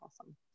Awesome